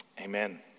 Amen